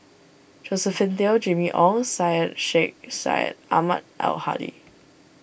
Josephine Teo Jimmy Ong Syed Sheikh Syed Ahmad Al Hadi